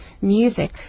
music